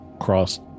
cross